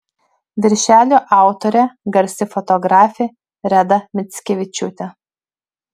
viršelio autorė garsi fotografė reda mickevičiūtė